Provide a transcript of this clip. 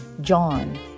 John